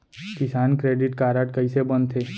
किसान credit card कइसे बनथे?